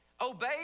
obey